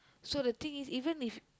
so the thing is even if